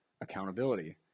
accountability